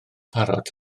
parot